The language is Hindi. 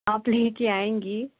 आप लेकर आएँगी